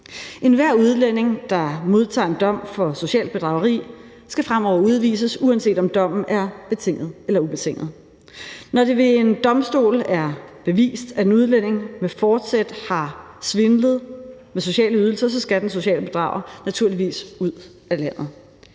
Enhver udlænding, der modtager en dom for socialt bedrageri, skal fremover udvises, uanset om dommen er betinget eller ubetinget. Når det ved en domstol er bevist, at en udlænding med forsæt har svindlet med sociale ydelser, så skal den sociale bedrager naturligvis ud af landet.